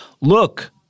Look